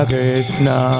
Krishna